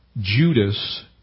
Judas